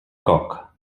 coc